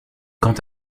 quant